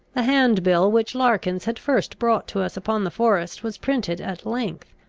the hand-bill which larkins had first brought to us upon the forest was printed at length.